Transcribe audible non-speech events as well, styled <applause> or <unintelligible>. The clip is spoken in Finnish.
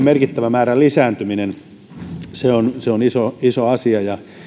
<unintelligible> merkittävä sähköautojen määrän lisääntyminen on iso iso asia ja